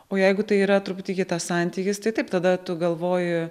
o jeigu tai yra truputį kitas santykis tai taip tada tu galvoji